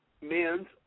men's